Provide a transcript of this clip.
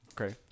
Okay